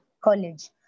college